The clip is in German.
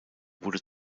wurde